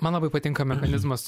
man labai patinka mechanizmas